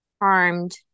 harmed